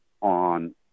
on